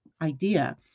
idea